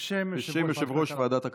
בשם יושב-ראש ועדת הכלכלה.